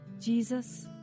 Jesus